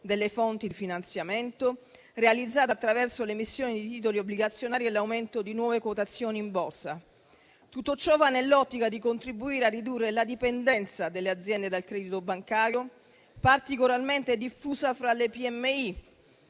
delle fonti di finanziamento, realizzata attraverso l'emissione di titoli obbligazionari e l'aumento di nuove quotazioni in borsa. Tutto ciò va nell'ottica di contribuire a ridurre la dipendenza delle aziende dal credito bancario, particolarmente diffusa fra le